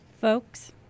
Folks